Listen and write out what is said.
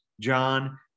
john